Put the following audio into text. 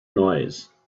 noise